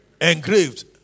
Engraved